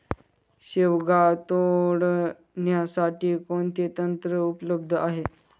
शेवगा तोडण्यासाठी कोणते यंत्र उपलब्ध आहे?